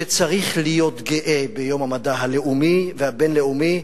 שצריך להיות גאה ביום המדע הלאומי והבין-לאומי,